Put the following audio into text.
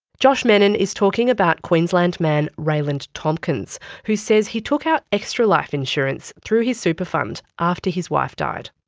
josh mennen is talking about queensland man rayland tomkyns who says he took out extra life insurance through his super fund after his wife died.